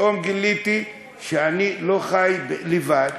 פתאום גיליתי שאני לא חי לבד,